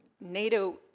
NATO